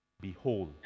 Behold